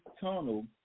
tunnel